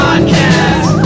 Podcast